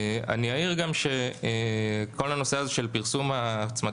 אני אעיר גם שכל הנושא הזה של פרסום ההצמדה